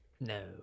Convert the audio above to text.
No